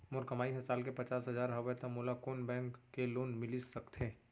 मोर कमाई ह साल के पचास हजार हवय त मोला कोन बैंक के लोन मिलिस सकथे?